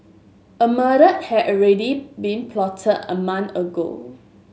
a murder had already been plotted a month ago